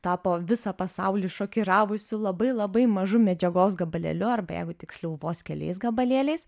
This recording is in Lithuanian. tapo visą pasaulį šokiravusiu labai labai mažu medžiagos gabalėliu arba jeigu tiksliau vos keliais gabalėliais